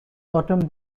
autumn